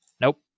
nope